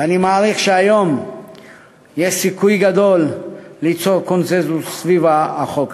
ואני מעריך שהיום יש סיכוי גדול ליצור קונסנזוס סביב החוק הזה.